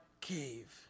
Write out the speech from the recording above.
cave